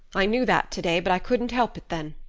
i knew that today, but i couldn't help it then.